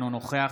אינו נוכח